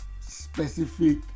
specific